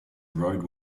road